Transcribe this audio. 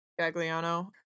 Gagliano